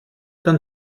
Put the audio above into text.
dann